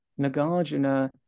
Nagarjuna